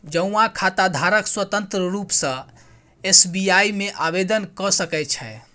जौंआँ खाताधारक स्वतंत्र रुप सँ एस.बी.आइ मे आवेदन क सकै छै